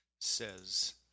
says